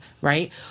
right